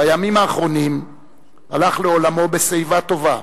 בימים האחרונים הלך לעולמו בשיבה טובה,